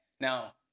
now